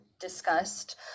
discussed